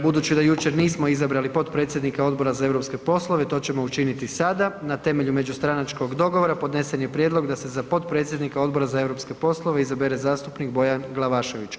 Budući da jučer nismo izabrali potpredsjednika Odbora za europske poslove to ćemo učiniti sada na temelju međustranačkog dogovora podnesen je prijedlog da se za potpredsjednika Odbora za europske poslove izabere zastupnik Bojan Glavašević.